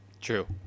True